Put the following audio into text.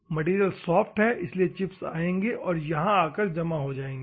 material soft है इसलिए chips आएंगे और यहां आकर जमा हो जाएंगे